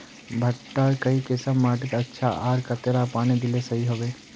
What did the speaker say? भुट्टा काई किसम माटित अच्छा, आर कतेला पानी दिले सही होवा?